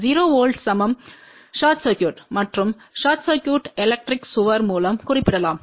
0 volt சமம் short circuit மற்றும் short circuit electric சுவர் மூலம் குறிப்பிடப்படலாம்